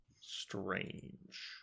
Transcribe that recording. Strange